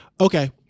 Okay